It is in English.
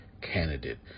candidate